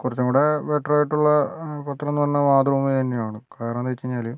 കുറച്ചും കൂടി ബെറ്റർ ആയിട്ടുള്ള പത്രമെന്ന് പറഞ്ഞാൽ മാതൃഭൂമി തന്നെയാണ് കാരണം എന്താണെന്ന് വെച്ച് കഴിഞ്ഞാൽ